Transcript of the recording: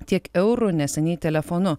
tiek eurų neseniai telefonu